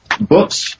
books